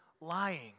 lying